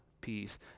Peace